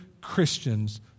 Christians